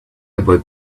about